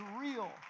real